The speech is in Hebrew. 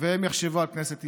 הם יחשבו על כנסת ישראל,